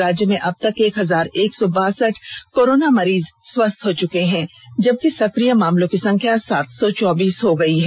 राज्य में अबतक एक हजार एक सौ बासठ कोरोना मरीज स्वस्थ हो चुके हैं जबकि सक्रिय मामलों की संख्या सात सौ चौबीस हो गई है